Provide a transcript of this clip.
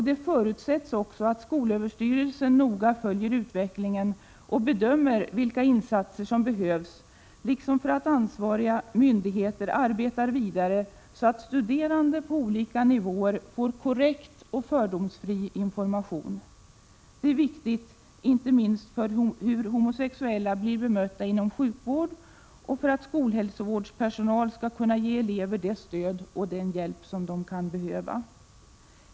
Det förutsätts också att skolöverstyrelsen noga följer utvecklingen och bedömer vilka insatser som behövs, liksom att ansvariga myndigheter arbetar vidare så att studerande på olika nivåer får korrekt och fördomsfri information. Det är viktigt inte minst för hur homosexuella blir bemötta inom sjukvård och för att skolhälsovårdspersonal skall kunna ge elever det stöd och den hjälp som de kan behöva.